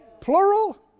Plural